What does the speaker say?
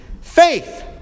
faith